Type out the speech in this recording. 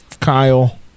Kyle